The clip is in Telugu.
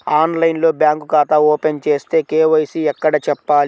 ఆన్లైన్లో బ్యాంకు ఖాతా ఓపెన్ చేస్తే, కే.వై.సి ఎక్కడ చెప్పాలి?